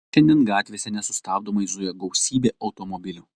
šiandien gatvėse nesustabdomai zuja gausybė automobilių